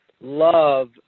love